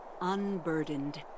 unburdened